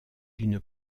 d’une